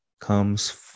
comes